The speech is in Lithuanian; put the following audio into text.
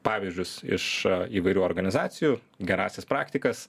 pavyzdžius iš a įvairių organizacijų gerąsias praktikas